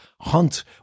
Hunt